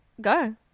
Go